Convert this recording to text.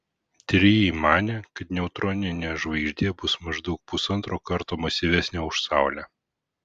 tyrėjai manė kad neutroninė žvaigždė bus maždaug pusantro karto masyvesnė už saulę